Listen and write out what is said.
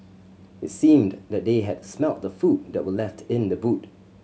it seemed that they had smelt the food that were left in the boot